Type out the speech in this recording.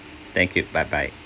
thank you bye bye